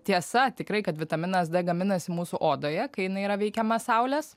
tiesa tikrai kad vitaminas d gaminasi mūsų odoje kai jinai yra veikiama saulės